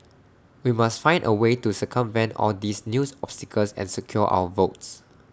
we must find A way to circumvent all these new obstacles and secure our votes